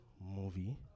movie